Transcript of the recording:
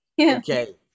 Okay